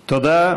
תודה.